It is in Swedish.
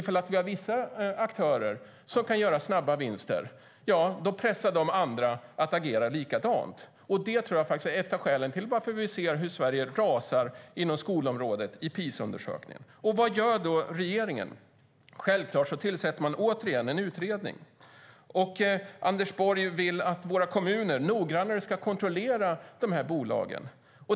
Om vi har vissa aktörer som kan göra snabba vinster pressar de andra att agera likadant. Det tror jag faktiskt är ett av skälen till att vi ser hur Sverige rasar inom skolområdet i PISA-undersökningen. Vad gör då regeringen? Självklart tillsätter man återigen en utredning. Och Anders Borg vill att våra kommuner noggrannare ska kontrollera de här bolagen.